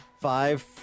Five